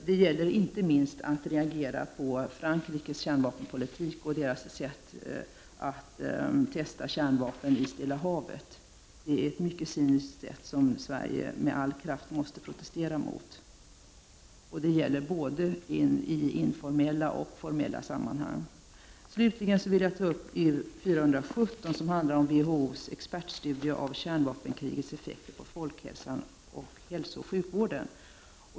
Det gäller inte minst att reagera mot Frankrikes kärnvapenpolitik och dess sätt att testa kärnvapen i Stilla Havet. Detta är mycket cyniskt, och Sverige måste med all kraft protestera mot det, både i informella och i formella sammanhang. Slutligen vill jag ta upp motion U417, som handlar om WHO:s expertstudie Kärnvapenkrigets effekter på folkhälsan och hälsooch sjukvården.